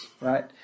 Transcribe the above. Right